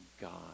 God